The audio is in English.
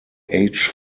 age